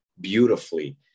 beautifully